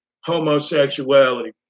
homosexuality